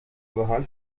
بحال